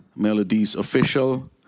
MelodiesOfficial